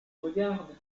regarde